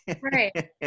Right